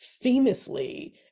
famously